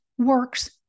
works